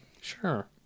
sure